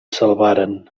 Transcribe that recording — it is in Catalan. salvaren